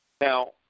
now